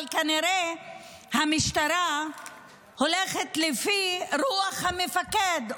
אבל כנראה המשטרה הולכת לפי רוח המפקד,